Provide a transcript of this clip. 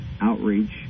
outreach